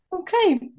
Okay